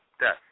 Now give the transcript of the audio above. death